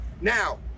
Now